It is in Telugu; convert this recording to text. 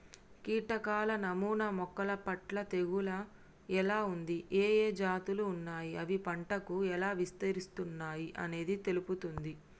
కీటకాల నమూనా మొక్కలపట్ల తెగులు ఎలా ఉంది, ఏఏ జాతులు ఉన్నాయి, అవి పంటకు ఎలా విస్తరిస్తున్నయి అనేది తెలుపుతుంది